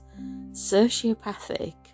sociopathic